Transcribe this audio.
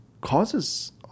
causes